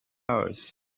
hours